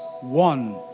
one